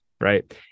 right